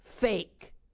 fake